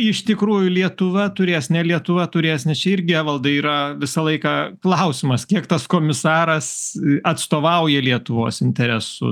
iš tikrųjų lietuva turės ne lietuva turės nes čia irgi evaldai yra visą laiką klausimas kiek tas komisaras atstovauja lietuvos interesus